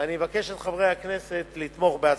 ואני מבקש מחברי הכנסת לתמוך בה.